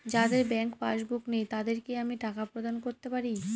যাদের bank passbook নেই তাদের কি আমি টাকা প্রদান করতে পারি?